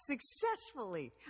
successfully